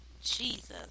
Jesus